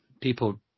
people